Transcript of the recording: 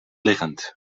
liggend